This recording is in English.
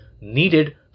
needed